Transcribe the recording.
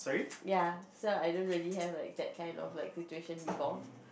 ya so I don't really have like that kind of situation before